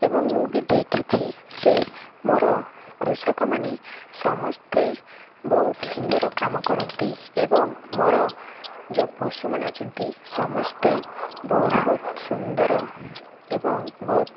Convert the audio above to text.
ଏବଂ ମୁଁ ବି ଦେଖିଛି ଯେ ମୋର କୃଷକମାନେ ସମସ୍ତେ ବହୁତ ସୁନ୍ଦର କାମ କରନ୍ତି ଏବଂ ମୋର ଯେଉଁ ପଶୁମାନେ ଅଛନ୍ତି ସମସ୍ତେ ବହୁତ ସୁନ୍ଦର ଏବଂ ବହୁତ